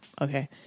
Okay